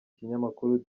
ikinyamakuru